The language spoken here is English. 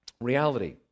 reality